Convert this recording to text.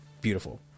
beautiful